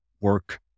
work